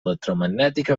electromagnètica